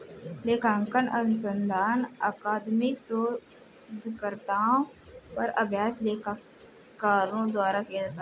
लेखांकन अनुसंधान अकादमिक शोधकर्ताओं और अभ्यास लेखाकारों द्वारा किया जाता है